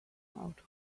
out